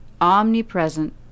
omnipresent